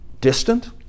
distant